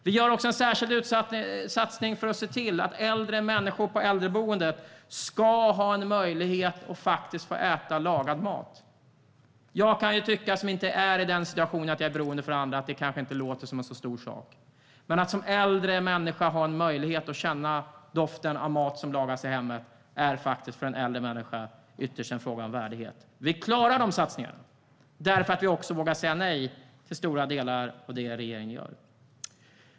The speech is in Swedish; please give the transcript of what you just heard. Vi har också en särskild satsning för att se till att äldre människor på äldreboenden ska ha möjlighet att äta lagad mat. För mig som inte är i den situationen att jag är beroende av andra kanske det inte låter som en så stor sak, men att som äldre människa ha en möjlighet att känna doften av mat som lagas i hemmet är ytterst en fråga om värdighet. Vi klarar dessa satsningar därför att vi vågar säga nej till stora delar av det som regeringen gör.